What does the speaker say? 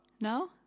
No